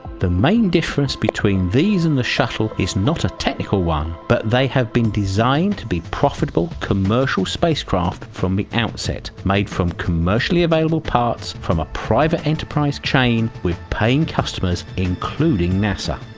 the main difference between these and the shuttle is not a technical one but they have been designed to be profitable commercial spacecraft from the outset made from commercially available parts from a private enterprise chain with paying customers including nasa.